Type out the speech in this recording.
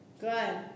Good